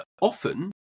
often